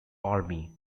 army